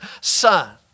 Son